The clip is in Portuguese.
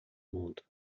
mundo